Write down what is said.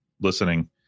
listening